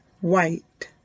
white